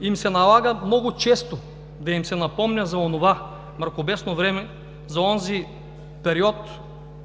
им се налага много често да им се напомня за онова мракобесно време, за онзи период,